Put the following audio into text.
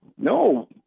no